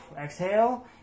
exhale